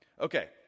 okay